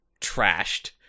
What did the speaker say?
trashed